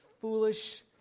foolish